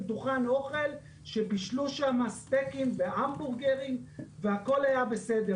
זה דוכן אוכל שבישלו שם סטייקים והמבורגרים והכול היה בסדר.